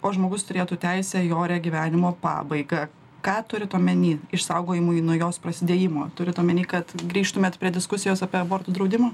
o žmogus turėtų teisę į orią gyvenimo pabaigą ką turit omeny išsaugojimui nuo jos prasidėjimo turit omeny kad grįžtumėt prie diskusijos apie abortų draudimą